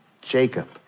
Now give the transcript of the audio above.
Jacob